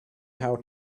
how